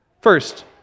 first